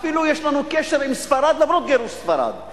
אפילו יש לנו קשר עם ספרד למרות גירוש ספרד.